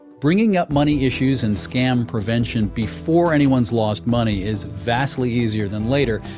bringing up money issues and scam prevention before anyone has lost money is vastly easier than later,